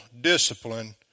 discipline